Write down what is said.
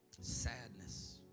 sadness